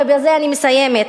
ובזה אני מסיימת,